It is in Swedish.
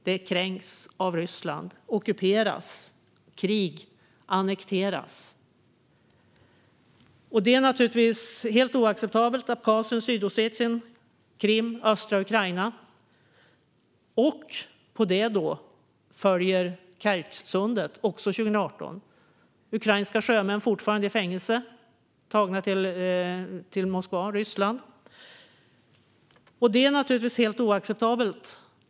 Det kränks av Ryssland genom ockupation, krig och annektering. Det är naturligtvis helt oacceptabelt. Det gäller Abchazien, Sydossetien, Krim och östra Ukraina. På det följde Kertjsundet 2018. Ukrainska sjömän sitter fortfarande i fängelse, tagna till Moskva i Ryssland. Detta är naturligtvis helt oacceptabelt.